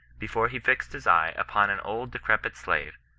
before he fixed his eye upon an old decrepit slave,